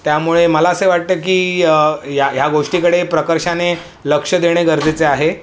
त्यामुळे मला असे वाटतं की या ह्या गोष्टीकडे प्रकर्षाने लक्ष देणे गरजेचे आहे